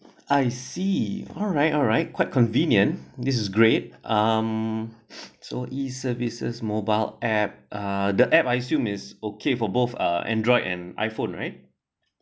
I see alright alright quite convenient this is great um so E services mobile app uh the app I assumed is okay for both are android and iphone right